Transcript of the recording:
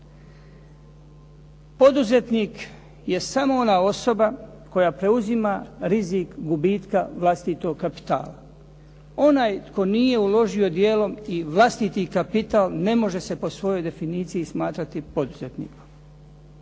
Poduzetnik je samo ona osoba koja preuzima rizik gubitka vlastitog kapitala, onaj tko nije uložio dijelom i vlastiti kapital ne može se po svojoj definiciji smatrati poduzetnikom.